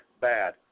bad